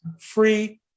free